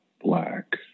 black